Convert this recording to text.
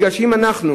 כי אם אנחנו